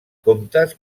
comtes